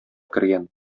кергән